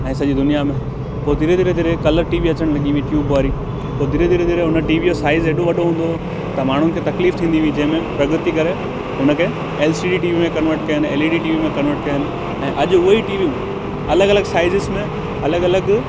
ऐं सॼी दुनिया में पोइ धीरे धीरे धीरे कलर टी वी अचनि लॻी हुई ट्यूब वारी पोइ धीरे धीरे धीरे हुन टी वी जो साइज़ एॾो वॾो हूंदो हो त माण्हूनि खे तकलीफ़ थींदी हुई जंहिंमें प्रगति करे हुनखे L C D T V में कन्वर्ट कयन L E D T V में कन्वर्ट कयन ऐं अॼु उहेई टी वियूं अलॻि अलॻि साइज़िस में अलॻि अलॻि